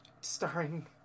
Starring